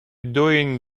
doing